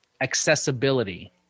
Accessibility